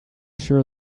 sure